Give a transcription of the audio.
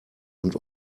und